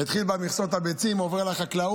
זה התחיל במכסות על ביצים, עובר לחקלאות.